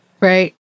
Right